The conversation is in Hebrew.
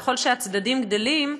ככל שהצדדים גדלים,